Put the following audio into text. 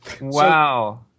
Wow